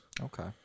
Okay